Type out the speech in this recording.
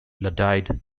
iodide